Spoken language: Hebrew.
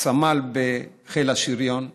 סמל בחיל השריון,